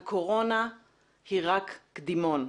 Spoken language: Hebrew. הקורונה היא רק קדימון.